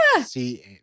See